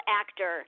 actor